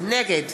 נגד